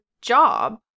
job